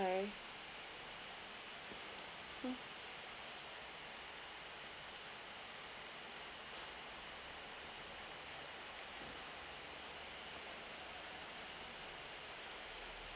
I am mm